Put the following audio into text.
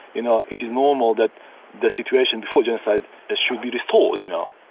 you know, it is normal that the situation before genocide should be restored, you know?